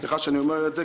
סליחה שאני אומר את זה,